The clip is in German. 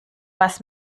was